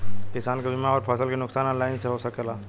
किसान के बीमा अउर फसल के नुकसान ऑनलाइन से हो सकेला?